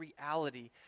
reality